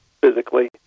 physically